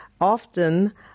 often